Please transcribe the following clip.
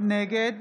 נגד